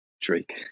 Drake